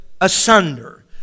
asunder